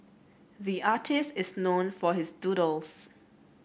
the artist is known for his doodles